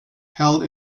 held